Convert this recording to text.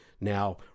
now